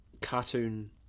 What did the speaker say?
cartoon